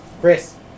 Chris